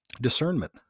discernment